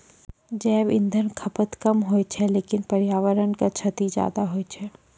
जैव इंधन खपत कम होय छै लेकिन पर्यावरण क क्षति ज्यादा होय छै